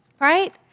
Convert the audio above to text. right